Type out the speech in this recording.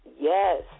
Yes